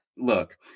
Look